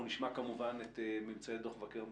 אנחנו נשמע כמובן את ממצאי דוח מבקר המדינה.